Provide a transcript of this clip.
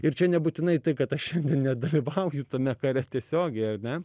ir čia nebūtinai tai kad aš čia nedalyvauju tame kare tiesiogiai ar ne